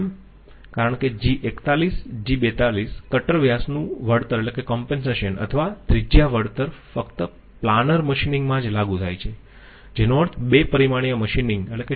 કારણ કે G41G42 cutter વ્યાસનું વળતર અથવા ત્રિજ્યા વળતર ફક્ત પ્લાનર મશીનિંગ માં જ લાગુ થાય છે જેનો અર્થ બે પરિમાણીય મશીનિંગ થાય છે